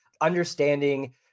understanding